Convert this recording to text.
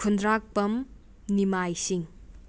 ꯈꯨꯟꯗ꯭ꯔꯥꯛꯄꯝ ꯅꯤꯃꯥꯏ ꯁꯤꯡ